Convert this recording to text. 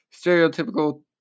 stereotypical